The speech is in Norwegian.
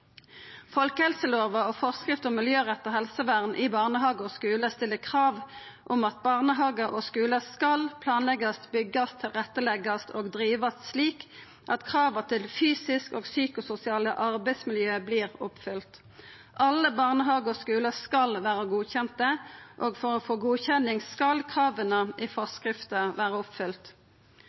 Folkehelselova og forskrift om miljøretta helsevern i barnehagar og skular stiller krav om at barnehagar og skular skal planleggjast, byggjast, tilretteleggjast og drivast slik at krava til fysisk og psykososialt arbeidsmiljø vert oppfylte. Alle barnehagar og skular skal vera godkjende, og for å få godkjenning skal krava i forskrifta